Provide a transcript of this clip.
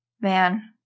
man